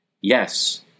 Yes